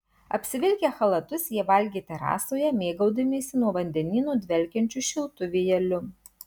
apsivilkę chalatus jie valgė terasoje mėgaudamiesi nuo vandenyno dvelkiančiu šiltu vėjeliu